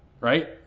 right